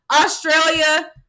Australia-